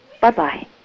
Bye-bye